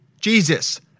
Jesus